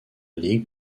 ligue